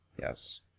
yes